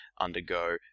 undergo